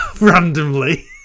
randomly